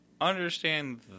understand